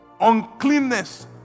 uncleanness